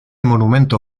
monumento